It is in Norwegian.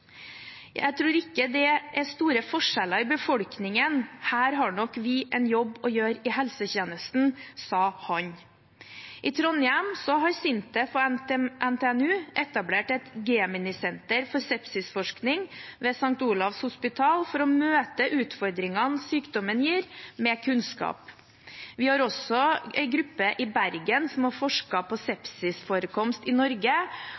tror ikke det er store forskjeller i befolkningen. Her har nok vi en jobb å gjøre i helsetjenesten». I Trondheim har SINTEF og NTNU etablert et Gemini-senter for sepsisforskning ved St. Olavs hospital for å møte utfordringene sykdommen gir, med kunnskap. Vi har også en gruppe i Bergen som har forsket på sepsisforekomst i Norge,